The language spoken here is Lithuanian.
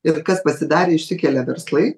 ir kas pasidarė išsikelia verslai